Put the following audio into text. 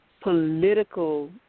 political